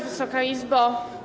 Wysoka Izbo!